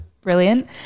brilliant